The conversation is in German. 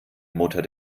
mutter